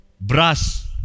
Brass